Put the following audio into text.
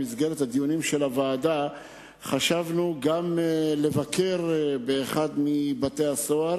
במסגרת דיוני הוועדה חשבנו גם לבקר באחד מבתי-הסוהר